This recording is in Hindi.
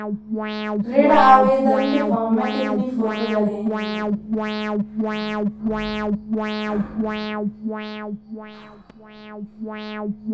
ऋण आवेदन के फॉर्म में कितनी फोटो लगेंगी?